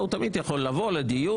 הוא תמיד יכול לבוא לדיון,